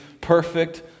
perfect